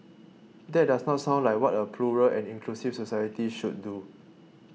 that does not sound like what a plural and inclusive society should do